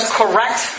correct